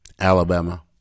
Alabama